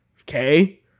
Okay